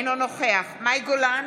אינו נוכח מאי גולן,